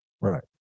Right